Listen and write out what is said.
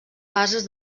bases